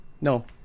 no